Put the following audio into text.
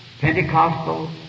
Pentecostal